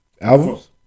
albums